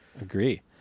agree